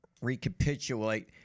recapitulate